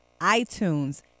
iTunes